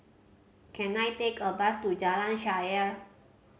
can I take a bus to Jalan Shaer